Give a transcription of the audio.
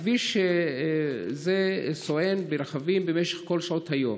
כביש זה סואן ברכבים במשך כל שעות היום.